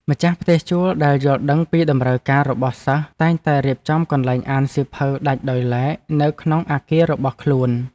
ម្ចាស់ផ្ទះជួលដែលយល់ដឹងពីតម្រូវការរបស់សិស្សតែងតែរៀបចំកន្លែងអានសៀវភៅដាច់ដោយឡែកនៅក្នុងអគាររបស់ខ្លួន។